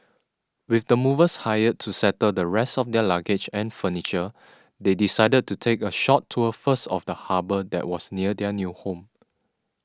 with the movers hired to settle the rest of their luggage and furniture they decided to take a short tour first of the harbour that was near their new home